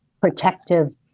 protective